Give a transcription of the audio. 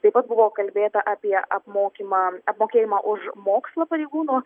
taip pat buvo kalbėta apie apmokymą apmokėjimą už mokslą pareigūnų